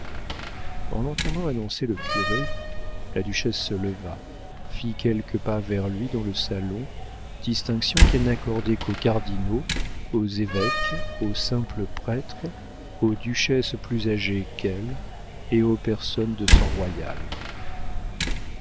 en entendant annoncer le curé la duchesse se leva fit quelques pas vers lui dans le salon distinction qu'elle n'accordait qu'aux cardinaux aux évêques aux simples prêtres aux duchesses plus âgées qu'elle et aux personnes du sang royal